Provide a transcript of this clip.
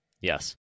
Yes